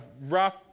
rough